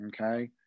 okay